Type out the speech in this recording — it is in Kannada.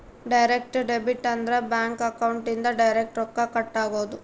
ಡೈರೆಕ್ಟ್ ಡೆಬಿಟ್ ಅಂದ್ರ ಬ್ಯಾಂಕ್ ಅಕೌಂಟ್ ಇಂದ ಡೈರೆಕ್ಟ್ ರೊಕ್ಕ ಕಟ್ ಆಗೋದು